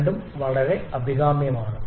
രണ്ടും വളരെ അഭികാമ്യമാണ്